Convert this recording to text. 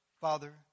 Father